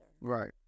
Right